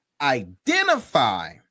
identify